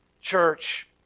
church